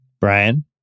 Brian